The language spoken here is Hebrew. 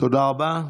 תודה רבה.